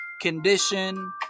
condition